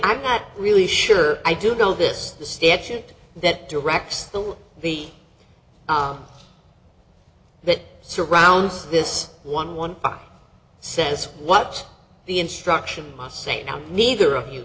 i'm not really sure i do know this the statute that directs the the that surrounds this one one says what's the instruction must say now neither of you